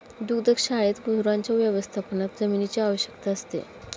दुग्धशाळेत गुरांच्या व्यवस्थापनात जमिनीची आवश्यकता असते